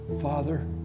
Father